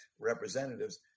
representatives